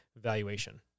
valuation